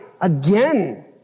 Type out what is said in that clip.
again